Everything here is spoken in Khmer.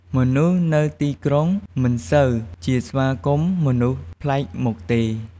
មនុស្សនៅទីក្រុង មិនសូវជាស្វាគមន៍មនុស្សភ្លែកមុខទេ។